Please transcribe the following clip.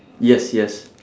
yes yes